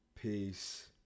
Peace